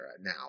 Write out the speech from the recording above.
now